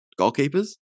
goalkeepers